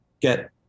get